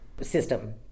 system